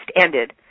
ended